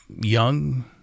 young